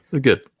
Good